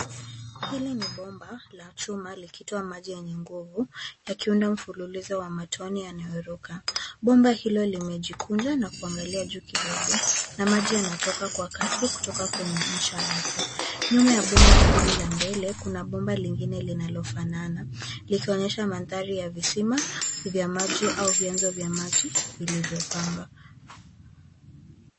Hili ni bomba la chuma likitoa maji yenye nguvu yakiunda mfululizo wa matone yanayoruka. Bomba hilo limejikunja na kuangalia juu kidogo na maji yanatoka kwa kasi kutoka kwenye ncha yake. Nyuma ya bomba hili la mbele kuna bomba lingine linalofanana likionyesha mandhari ya visima vya maji au vyanzo vya maji vilivyopanga.